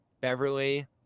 Beverly